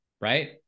Right